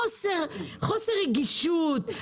בחוסר הרגישות,